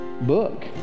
book